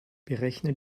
berechne